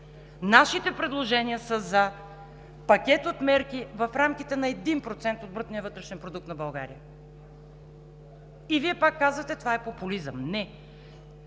Нашите предложения са за пакет от мерки в рамките на 1% от брутния вътрешен продукт на България и Вие пак казвате: това е популизъм. Не,